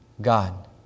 God